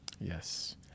Yes